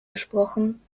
gesprochen